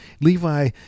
Levi